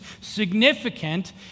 significant